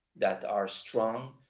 that are strong,